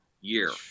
year